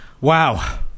Wow